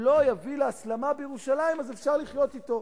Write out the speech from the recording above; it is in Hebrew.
לא יביא להסלמה בירושלים אז אפשר לחיות אתו.